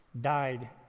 died